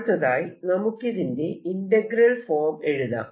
അടുത്തതായി നമുക്കിതിന്റെ integral form എഴുതാം